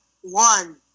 one